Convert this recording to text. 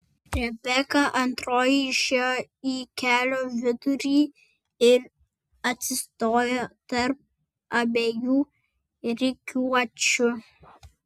rebeka antroji išėjo į kelio vidurį ir atsistojo tarp abiejų rikiuočių